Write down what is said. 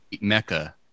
mecca